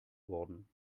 worden